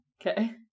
Okay